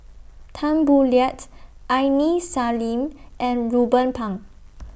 Tan Boo Liat Aini Salim and Ruben Pang